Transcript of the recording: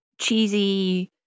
cheesy